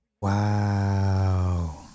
Wow